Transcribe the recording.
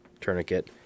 tourniquet